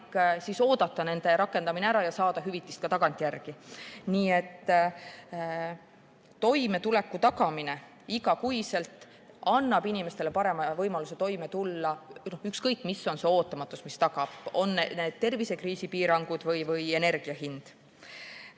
siis oodata nende rakendamine ära ja saada hüvitist ka tagantjärgi. Nii et toimetuleku tagamine igakuiselt annab inimestele parema võimaluse toime tulla, ükskõik mis on see ootamatus, on need tervisekriisipiirangud või energia hind. Kui